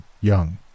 Young